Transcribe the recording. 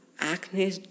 Acne